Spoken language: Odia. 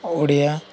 ଓଡ଼ିଆ